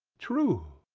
true,